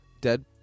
dead